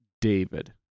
David